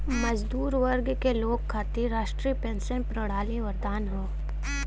मजदूर वर्ग के लोग खातिर राष्ट्रीय पेंशन प्रणाली वरदान हौ